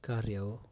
कार्य हो